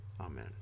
Amen